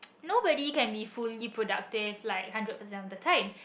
nobody can be fully productive like hundred percent all the time